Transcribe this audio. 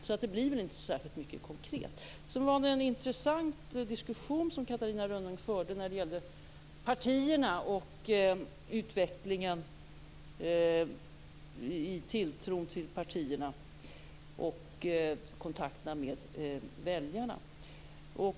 Så det blir väl inte särskilt mycket konkret. Det var ett intressant resonemang som Catarina Rönnung förde när det gällde tilltron partierna och kontakterna med väljarna.